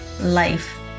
Life